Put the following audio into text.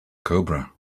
cobra